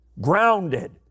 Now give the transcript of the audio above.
Grounded